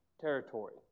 territory